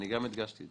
גם הדגשתי את זה.